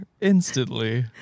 Instantly